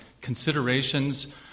considerations